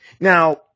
Now